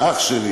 אח שלי.